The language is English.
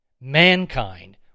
Mankind